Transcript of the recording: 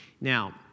Now